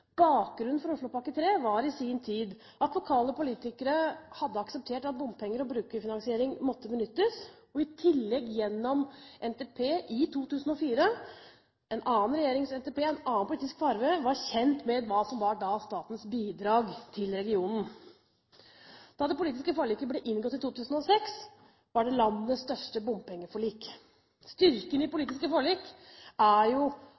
Bakgrunnen for Oslopakke 3 var i sin tid at lokale politikere hadde akseptert at bompenger og brukerfinansiering måtte benyttes, og at man i tillegg gjennom NTP i 2004 – en annen regjerings NTP, en regjering med en annen politisk farge – var kjent med hva som var statens bidrag til regionen. Da det politiske forliket ble inngått i 2006, var det landets største bompengeforlik. Styrken i politiske forlik er jo